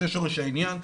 זה שורש העניין.